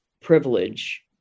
privilege